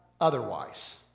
otherwise